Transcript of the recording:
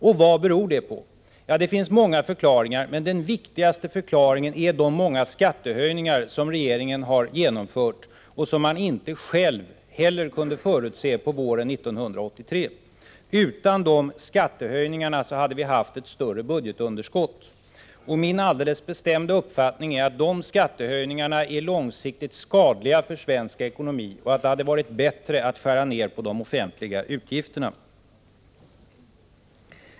Och vad beror det på? Ja, det finns många förklaringar, men den viktigaste förklaringen är de många skattehöjningar som regeringen har genomfört och som den inte kunde förutse på våren 1983. Utan dessa skattehöjningar hade vi haft ett större budgetunderskott. Min alldeles bestämda uppfattning är att de skattehöjningarna är långsiktigt skadliga för svensk ekonomi och att det hade varit bättre att skära ned på de offentliga utgifterna.